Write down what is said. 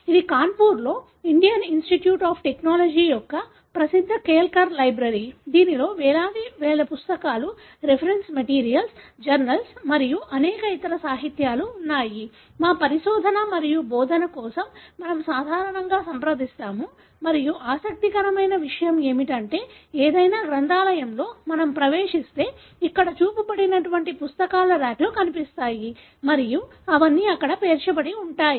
ఇది కాన్పూర్లోని Indian institute of technology యొక్క ప్రసిద్ధ కేల్కర్ లైబ్రరీ దీనిలో వేలాది వేల పుస్తకాలు రిఫరెన్స్ మెటీరియల్స్ జర్నల్స్ మరియు అనేక ఇతర సాహిత్యాలు ఉన్నాయి మా పరిశోధన మరియు బోధన కోసం మనం సాధారణంగా సంప్రదిస్తాము మరియు ఆసక్తికరమైన విషయం ఏమిటంటే ఏదైనా గ్రంథాలయం లో మనము ప్రవేశిస్తే ఇక్కడ చూపబడినటువంటి పుస్తకాల రాక్లు కనిపిస్తాయి మరియు అవన్నీ అక్కడ పేర్చబడి ఉంటాయి